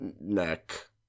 neck